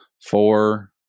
four